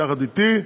יחד אתי,